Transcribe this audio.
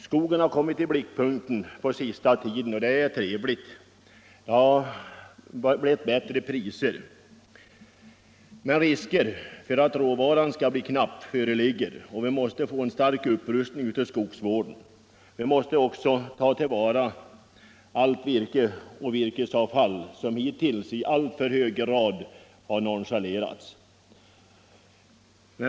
Skogen har under den senaste tiden kommit i blickpunkten, och det är trevligt. Det har blivit bättre priser. Men risker för att råvaran skall bli knapp föreligger, och vi måste få en stark upprustning av skogsvården. Vi måste också ta till vara allt virke och virkesavfall, något som hittills i alltför hög grad nonchalerats.